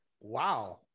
Wow